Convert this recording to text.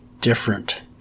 different